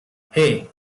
hey